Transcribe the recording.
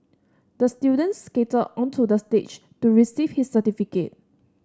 the student skated onto the stage to receive his certificate